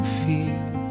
feel